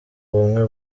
bumwe